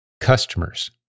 Customers